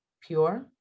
pure